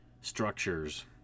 structures